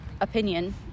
opinion